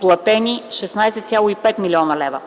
платени 16,5 млн. лв.,